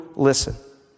Listen